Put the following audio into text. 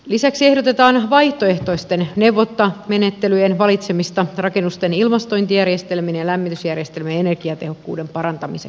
lisäksi ehdotetaan vaihtoehtoisten neuvontamenettelyjen valitsemista rakennusten ilmastointijärjestelmien ja lämmitysjärjestelmien energiatehokkuuden parantamiseksi